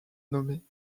nommés